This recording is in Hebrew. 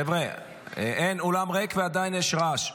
חבר'ה, האולם ריק ועדיין יש רעש.